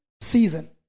season